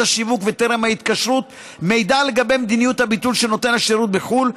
השיווק וטרם ההתקשרות מידע על מדיניות הביטול של נותן השירות בחו"ל,